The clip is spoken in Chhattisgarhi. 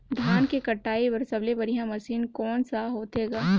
धान के कटाई बर सबले बढ़िया मशीन कोन सा होथे ग?